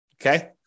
Okay